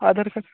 Aadhaar card